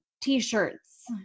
t-shirts